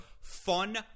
Fun